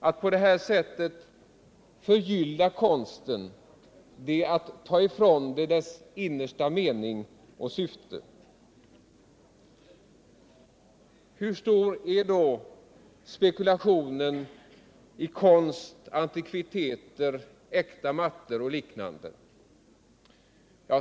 Att på det här sättet förgylla konsten är att ta ifrån den dess innersta mening och syfte. Hur stor är då spekulationen i konst, antikviteter, äkta mattor och liknande?